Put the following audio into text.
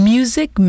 Music